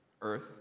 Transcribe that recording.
earth